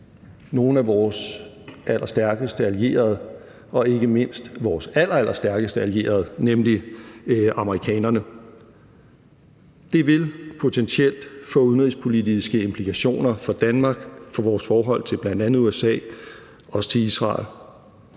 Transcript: nogle af vores allerstærkeste allierede og ikke mindst vores allerallerstærkeste allierede, nemlig amerikanerne. Det vil potentielt få udenrigspolitiske implikationer for Danmark, for vores forhold til bl.a. USA og Israel.